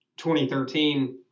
2013